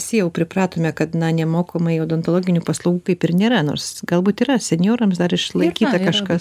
visi jau pripratome kad na nemokamai odontologinių paslaugų kaip ir nėra nors galbūt yra senjorams dar išlaikyta kažkas